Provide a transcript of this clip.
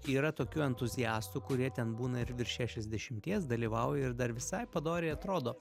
yra tokių entuziastų kurie ten būna ir virš šešiasdešimties dalyvauja ir dar visai padoriai atrodo